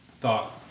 thought